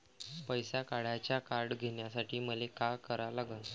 पैसा काढ्याचं कार्ड घेण्यासाठी मले काय करा लागन?